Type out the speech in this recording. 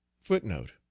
Footnote